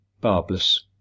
barbless